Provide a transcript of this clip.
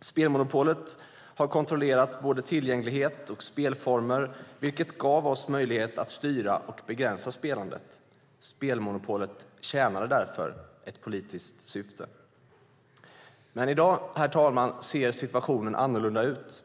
Spelmonopolet har kontrollerat både tillgänglighet och spelformer, vilket gav oss möjlighet att styra och begränsa spelandet. Spelmonopolet tjänade därför ett politiskt syfte. Men i dag, herr talman, ser situationen annorlunda ut.